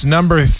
Number